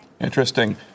Interesting